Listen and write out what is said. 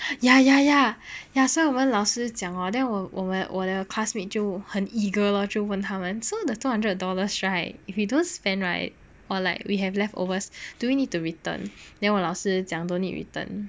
ya ya ya ya so 我们问老师讲 hor then 我我们我的 classmate 就很 eager lor 问他们 so the two hundred dollars right if you don't spend right or like we have leftovers do we need to return then 我老师讲 don't need return